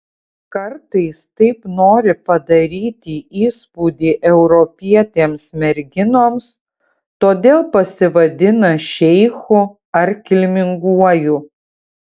kartais taip nori padaryti įspūdį europietėms merginoms todėl pasivadina šeichu ar kilminguoju